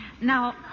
Now